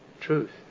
truth